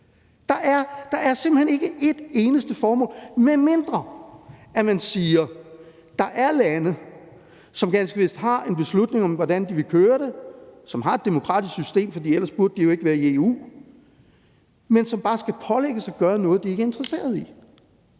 Der er simpelt hen ikke et eneste formål, medmindre man siger, at der er lande, som ganske vist har truffet en beslutning om, hvordan de vil køre det, som har et demokratisk system, for ellers burde de jo ikke være i EU, men som bare skal pålægges at gøre noget, de ikke er interesseret i.